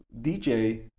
DJ